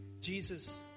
Jesus